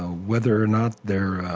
ah whether or not they're